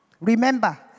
Remember